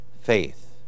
faith